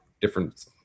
different